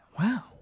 Wow